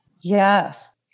Yes